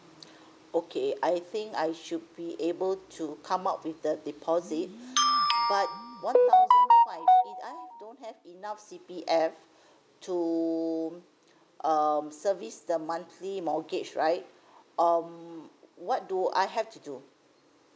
okay I think I should be able to come up with the deposit but one thousand five if I don't have enough C_P_F to um service the monthly mortgage right um what do I have to do